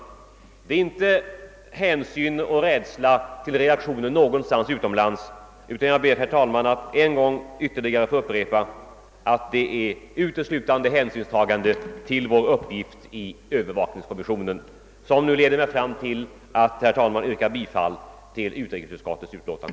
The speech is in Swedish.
Någon hänsyn till eller rädsla för reaktionen någonstans utomlands ligger inte bakom vårt ställningstagande, utan jag upprepar ännu en gång, herr talman, att det uteslutande är hänsynstagande till vår uppgift i övervakningskommissionen som har föranlett utrikesutskottets hemställan, till vilken jag yrkar bifall.